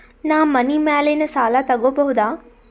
ನಾ ಮನಿ ಮ್ಯಾಲಿನ ಸಾಲ ತಗೋಬಹುದಾ?